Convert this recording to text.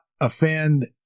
offend